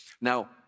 Now